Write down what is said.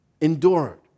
endured